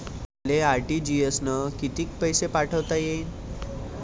मले आर.टी.जी.एस न कितीक पैसे पाठवता येईन?